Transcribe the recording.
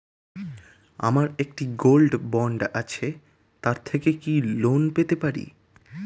আমার একটি gold bond আছে তার থেকে কি লোন পেতে পারি?